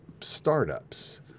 startups